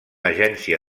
agència